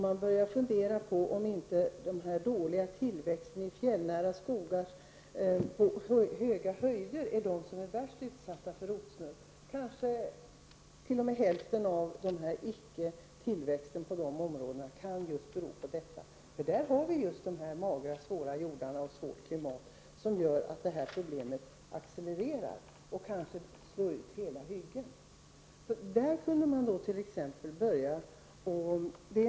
Man börjar då fundera om den fjällnära skogen på höga höjder, som har dålig tillväxt, är mest utsatt för rotsnurr. Hälften av de fall där träden inte tillväxer kan bero på detta. I dessa områden finns magra jordar och svårt klimat som gör att problemet accelererar och kanske slår ut hela hyggen. Där t.ex. kan man börja.